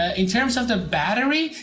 ah in terms of the battery,